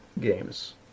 games